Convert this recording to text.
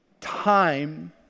time